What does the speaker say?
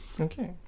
Okay